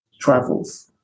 Travels